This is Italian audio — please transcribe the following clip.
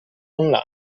online